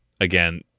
again